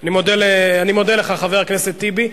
אני מודה לך, חבר הכנסת טיבי.